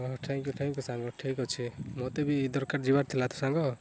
thank you thank you ସାଙ୍ଗ ଠିକ୍ଅଛି ମୋତେ ବି ଦରକାର ଯିବାର ଥିଲା ତ ସାଙ୍ଗ